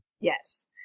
Yes